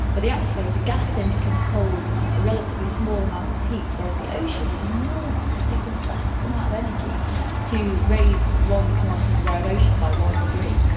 but the atmosphere is a gas and it can hold a relatively small amount of heat, whereas the ocean is enormous, it takes a vast amount of energy to raise one kilometre square of ocean by one degree.